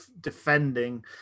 defending